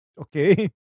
okay